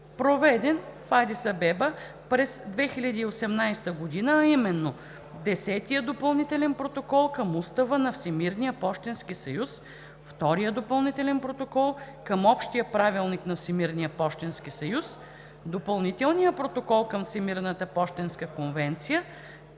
проведен в Адис Абеба през 2018 г., а именно: Десетия допълнителен протокол към Устава на Всемирния пощенски съюз, Втория допълнителен протокол към Общия правилник на Всемирния пощенски съюз, Допълнителния протокол към Всемирната пощенска конвенция,